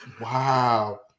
Wow